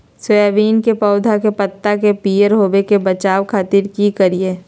Soybean के पौधा के पत्ता के पियर होबे से बचावे खातिर की करिअई?